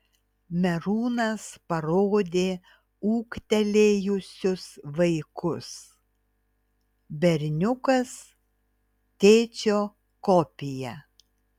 merūnas parodė ūgtelėjusius vaikus berniukas tėčio kopija